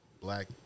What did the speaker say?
Black